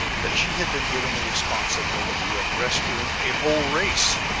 that she had been given the responsibility of rescuing a whole race.